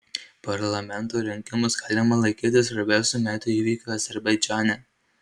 parlamento rinkimus galima laikyti svarbiausiu metų įvykiu azerbaidžane